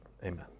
Amen